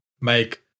make